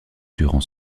durant